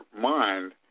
mind